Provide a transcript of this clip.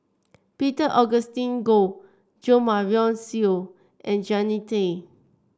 Peter Augustine Goh Jo Marion Seow and Jannie Tay